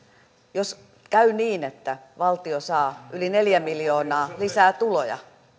jos käy niin että valtio saa yli neljä miljoonaa lisää tuloja